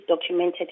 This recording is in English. documented